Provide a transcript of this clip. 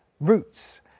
roots